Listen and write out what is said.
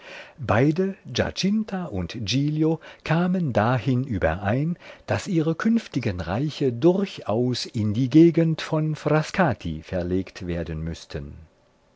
beide giacinta und giglio kamen dahin überein daß ihre künftigen reiche durchaus in die gegend von frascati verlegt werden müßten